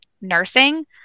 nursing